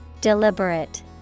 Deliberate